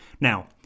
Now